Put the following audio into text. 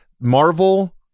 Marvel